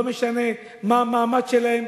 לא משנה מה המעמד שלהם,